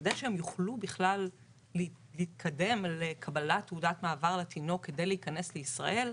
כדי שהם יוכלו בכלל להתקדם לקבלת תעודת מעבר לתינוק כדי להיכנס לישראל,